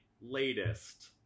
latest